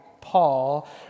Paul